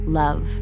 love